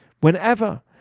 Whenever